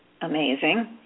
amazing